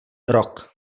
rok